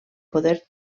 poder